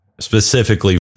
specifically